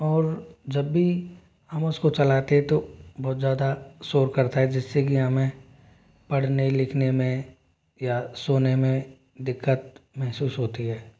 और जब भी हम उसको चलाते है तो बहुत ज़्यादा शोर करता है जिससे कि हमें पढ़ने लिखने में या सोने में दिक्कत महसूस होती है